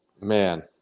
Man